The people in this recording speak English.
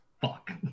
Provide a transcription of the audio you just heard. Fuck